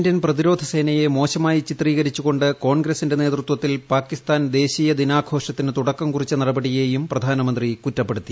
Indian പ്രതിരോധ സേനയെ മോശമായി ചിത്രീകരിച്ചുകൊണ്ട് കോൺഗ്രസിന്റെ നേതൃത്വത്തിൽ പാകിസ്ഥാൻ ദേശീയ ദിനാഘോഷത്തിന് തുടക്കം കുറിച്ച നടപടി യേയും പ്രധാനമന്ത്രി കുറ്റപ്പെടുത്തി